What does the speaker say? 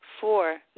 Four